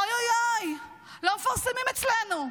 אוי אוי אוי, לא מפרסמים אצלנו.